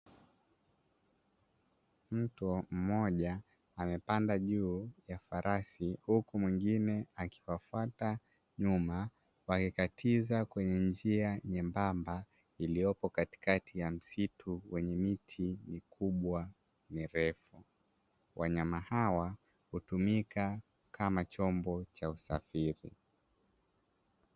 Mtu mmoja amepanda juu ya farasi huku mwingine akiwafata nyuma, wakikatiza kwenye njia nyembamba iliyopo katikati ya msitu wenye miti mikubwa mirefu, wanyama hawa hutumika kama chombo cha usafiri.